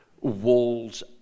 Walls